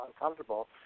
uncomfortable